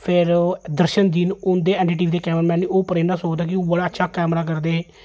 फिर ओह् दर्शन जी न उं'दे एड टी वी दे कैमरा मैन ओह् प्रेरना स्रोत ऐ कि ओह् बड़ा अच्छा कैमरा करदे हे